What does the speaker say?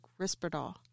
Risperdal